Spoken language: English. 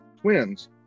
Twins